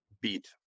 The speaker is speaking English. beat